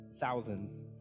thousands